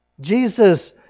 Jesus